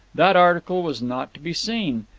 that article was not to be seen,